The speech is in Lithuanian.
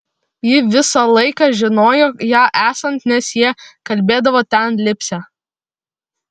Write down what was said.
ji visą laiką žinojo ją esant nes jie kalbėdavo ten lipsią